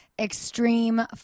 extreme